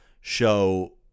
show